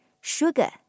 Sugar